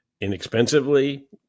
inexpensively